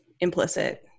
implicit